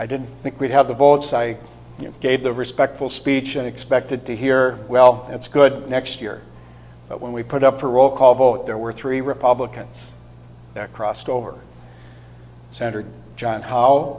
i didn't think we'd have the votes i gave the respectful speech and expected to hear well that's good next year but when we put up a roll call vote there were three republicans that crossed over centered john how